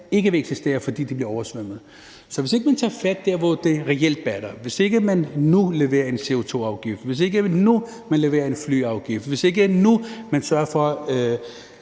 ikke vil eksistere, fordi de bliver oversvømmet – hvis ikke man tager fat der, hvor det reelt batter, hvis ikke man leverer en CO2-afgift nu, hvis ikke man leverer en flyafgift nu, hvis ikke man sørger for,